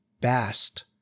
best